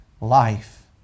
life